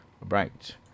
right